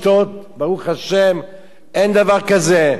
אין דבר כזה לעשות מסיבה בלי לשתות,